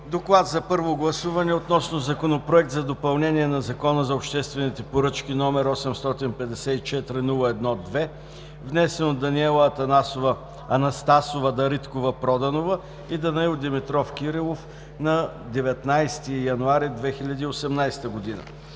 „ДОКЛАД за първо гласуване относно Законопроект за допълнение на Закона за обществените поръчки, № 854-01-2, внесен от Даниела Анастасова Дариткова-Проданова и Данаил Димитров Кирилов на 19 януари 2018 г.